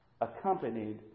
accompanied